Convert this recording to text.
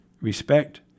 respect